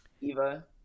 eva